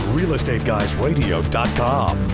RealEstateGuysRadio.com